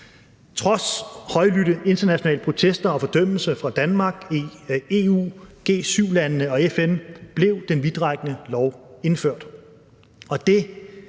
Trods højlydte internationale protester og fordømmelse fra Danmark, EU, G7-landene og FN blev den vidtrækkende lov indført,